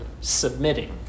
submitting